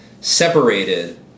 separated